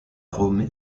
rome